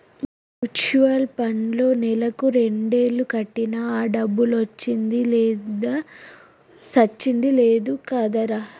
mutual పండ్లో నెలకు రెండేలు కట్టినా ఆ డబ్బులొచ్చింది లేదు సచ్చింది లేదు కదరా